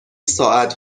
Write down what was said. ساعت